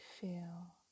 feel